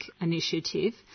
initiative